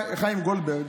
חיים גולדברג,